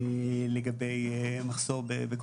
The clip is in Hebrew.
אבל מתמודדי הנפש לא נעלמו וגם